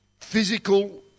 physical